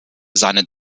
seine